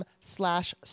slash